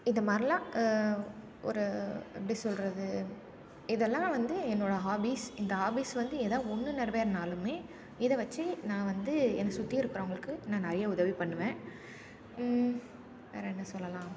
இதுமாதிரிலாம் ஒரு எப்படி சொல்கிறது இதெல்லாம் வந்து என்னோட ஹாபீஸ் இந்த ஹாபீஸ் வந்து எதா ஒன்று நிறைவேறுனாலுமே இதை வச்சு நான் வந்து என்ன சுற்றி இருக்கிறவங்களுக்கு நான் நிறைய உதவி பண்ணுவேன் வேற என்ன சொல்லலாம்